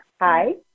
Hi